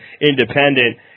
independent